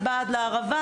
אני באה עד לערבה,